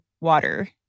water